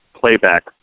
playback